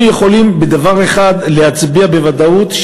אנחנו יכולים על דבר אחד להצביע בוודאות,